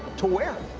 to where?